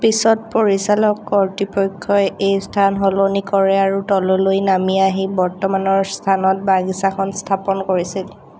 পিছত পৰিচালক কৰ্তৃপক্ষই এই স্থান সলনি কৰে আৰু তললৈ নামি আহি বৰ্তমানৰ স্থানত বাগিচাখন স্থাপন কৰিছিল